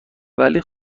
ولی